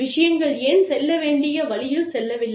விஷயங்கள் ஏன் செல்ல வேண்டிய வழியில் செல்லவில்லை